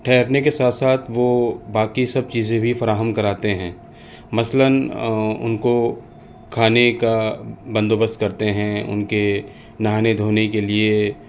ٹھیرنے کے ساتھ ساتھ وہ باقی سب چیزیں بھی فراہم کراتے ہیں مثلاً ان کو کھانے کا بند و بست کرتے ہیں ان کے نہانے دھونے کے لیے